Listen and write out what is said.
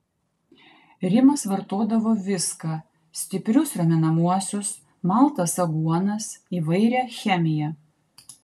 rimas vartodavo viską stiprius raminamuosius maltas aguonas įvairią chemiją